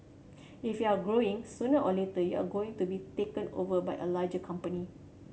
if you're growing sooner or later you are going to be taken over by a larger company